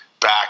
back